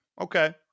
okay